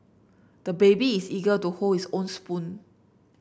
the baby is eager to hold his own spoon